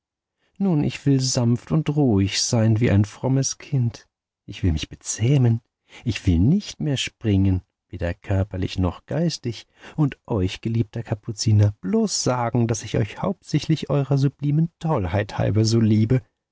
nun ich will sanft und ruhig sein wie ein frommes kind ich will mich bezähmen ich will nicht mehr springen weder körperlich noch geistig und euch geliebter kapuziner bloß sagen daß ich euch hauptsächlich eurer sublimen tollheit halber so zärtlich liebe